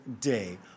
day